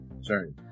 sorry